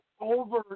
over